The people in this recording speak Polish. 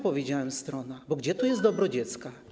Powiedziałem: strona, bo gdzie tu jest dobro dziecka?